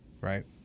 Right